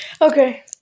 Okay